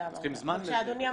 אדוני המנכ"ל.